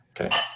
Okay